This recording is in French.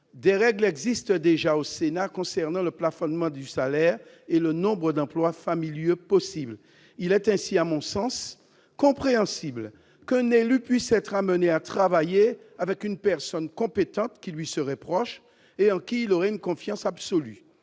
des règles existent déjà au Sénat en matière de plafonnement du salaire et du nombre d'emplois familiaux autorisés. Il est à mon sens compréhensible qu'un élu puisse être amené à travailler avec une personne compétente qui lui est proche et en qui il a une confiance absolue.